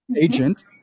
agent